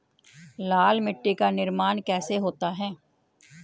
लाल मिट्टी का निर्माण कैसे होता है?